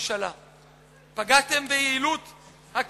פגעתם ביעילות הממשלה.